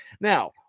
Now